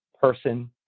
person